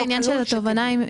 לעניין התובענה.